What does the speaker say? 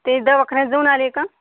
ते दवाखान्यात जाऊन आले का